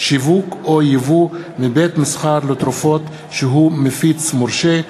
שיווק או ייבוא מבית-מסחר לתרופות שהוא מפיץ מורשה),